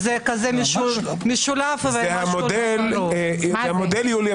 זה המודל יוליה,